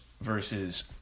versus